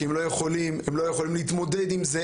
כי הם לא יכולים להתמודד עם זה,